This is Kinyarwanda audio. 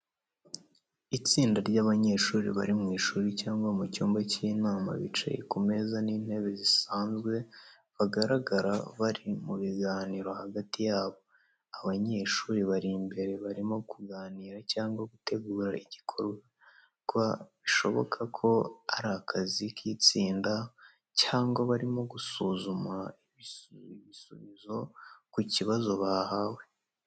Itsinda ry'abanyeshuri bari mu ishuri cyangwa mu cyumba cy'inama bicaye ku meza n'intebe zisanzwe bagaragara bari mu biganiro hagati yabo. Abanyeshuri bari imbere barimo kuganira cyangwa gutegura igikorwa bishoboka ko ari akazi k’itsinda, cyangwa barimo gusuzuma ibisubizo ku kibazo bahawe.